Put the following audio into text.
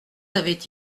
avait